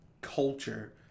culture